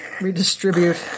Redistribute